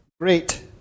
great